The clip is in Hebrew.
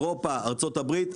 אירופה וארה"ב,